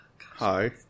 Hi